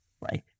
right